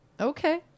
Okay